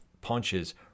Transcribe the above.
punches